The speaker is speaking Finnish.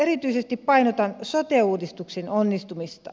erityisesti painotan sote uudistuksen onnistumista